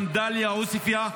גם בדאליה וגם בעוספיא,